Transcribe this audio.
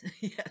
Yes